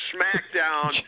SmackDown